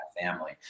family